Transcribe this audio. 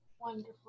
Wonderful